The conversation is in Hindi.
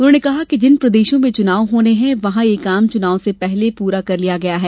उन्होंने कहा कि जिन प्रदेशों में चुनाव होना है वहां ये काम चुनाव से पहले पूरा करा लिये जाते हैं